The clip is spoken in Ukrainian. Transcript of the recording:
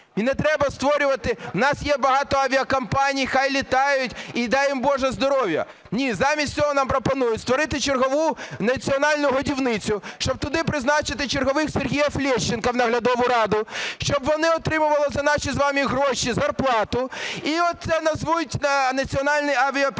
в нас є багато авіакомпаній, хай літають і дай їм, Боже, здоров'я. Ні, замість цього нам пропонують створити чергову національну годівницю, щоб туди призначити чергових Сергіїв Лещенків в наглядову раду, щоб вони отримували за наші з вами гроші зарплату і оце назвуть – національний авіаперевізник.